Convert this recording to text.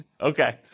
Okay